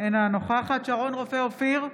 אינה נוכחת שרון רופא אופיר,